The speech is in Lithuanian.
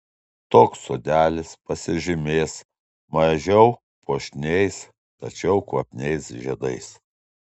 toks sodelis pasižymės mažiau puošniais tačiau kvapniais žiedais